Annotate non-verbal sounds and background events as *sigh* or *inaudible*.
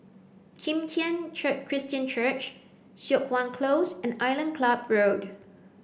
Kim Tian *unintelligible* Christian Church Siok Wan Close and Island Club Road